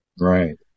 Right